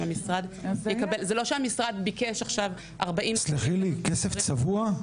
זה לא שהמשרד ביקש 40 --- סלחי לי, כסף צבוע?